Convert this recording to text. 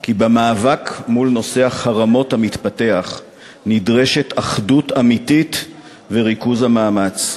כי במאבק מול נושא החרמות המתפתח נדרשים אחדות אמיתית וריכוז המאמץ.